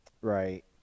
Right